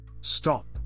Stop